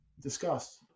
discussed